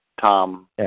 Tom